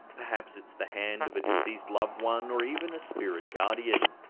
perhaps it's the hand of a deceased loved one, or even a spirit guardian.